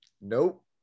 Nope